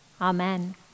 Amen